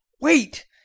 wait